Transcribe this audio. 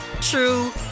true